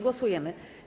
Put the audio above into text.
Głosujemy.